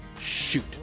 Shoot